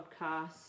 podcast